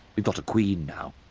we've got a queen now.